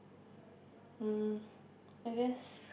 um I guess